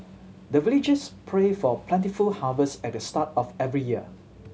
the villagers pray for plentiful harvest at the start of every year